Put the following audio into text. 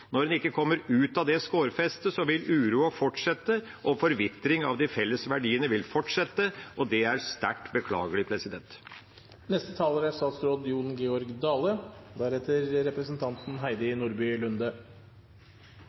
Når en ikke kommer ut av det skårfestet, vil uroen fortsette, og forvitring av de felles verdiene vil fortsette. Det er sterkt beklagelig. Til kabotasjereglane og mobilitetspakken, som framleis er